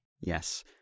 Yes